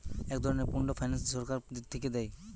এক ধরনের pooled finance সরকার থিকে দেয়